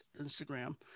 Instagram